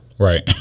Right